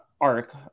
arc